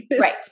Right